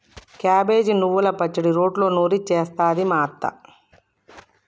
cabbage నువ్వల పచ్చడి రోట్లో నూరి చేస్తది మా అత్త